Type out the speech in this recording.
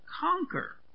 conquer